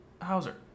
Hauser